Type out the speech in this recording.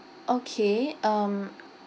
okay um